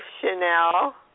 Chanel